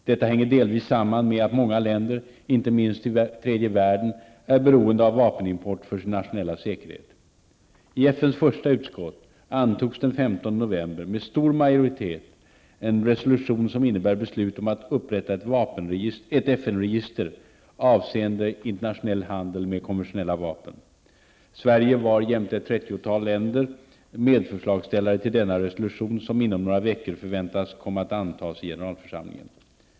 Detta hänger delvis samman med att många länder, inte minst i tredje världen, är beroende av vapenimport för sin nationella säkerhet. I FNs första utskott antogs nu den 15 november med stor majoritet en resolution som innebär beslut om att upprätta ett FN-register avseende internationell handel med konventionella vapen. Sverige var jämte ett trettiotal länder medförslagsställare till denna resolution, som inom några veckor förväntas komma att antas i generalförsamlingen.